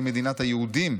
היא מדינת היהודים,